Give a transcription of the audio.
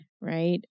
Right